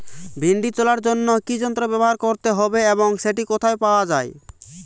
ভিন্ডি তোলার জন্য কি যন্ত্র ব্যবহার করতে হবে এবং সেটি কোথায় পাওয়া যায়?